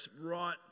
right